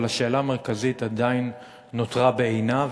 אבל השאלה המרכזית עדיין נותרה בעינה,